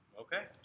Okay